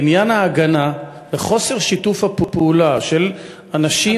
לעניין ההגנה וחוסר שיתוף הפעולה של אנשים,